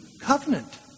covenant